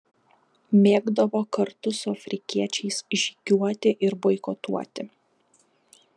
mėgdavo kartu su afrikiečiais žygiuoti ir boikotuoti